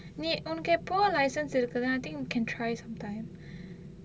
நீ ஒனக்கு எப்பவோ:nee onakku eppavo licence இருக்கு தான்:irukku thaan I think you can try sometime